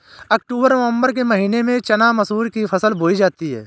अक्टूबर नवम्बर के महीना में चना मसूर की फसल बोई जाती है?